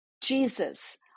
Jesus